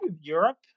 Europe